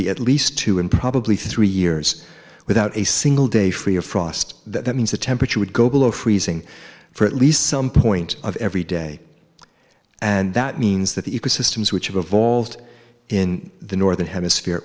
be at least two and probably three years without a single day for frost that means the temperature would go below freezing for at least some point of every day and that means that the ecosystems which evolved in the northern hemisphere